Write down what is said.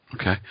Okay